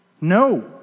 No